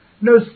no